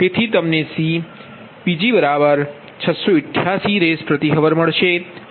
તેથી તમનેCPg20688Rshr મળશે